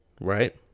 right